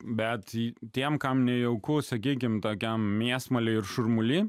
bet tiems kam nejauku sakykime tokiam mėsmalė ir šurmulį